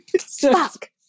Fuck